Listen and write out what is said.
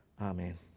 Amen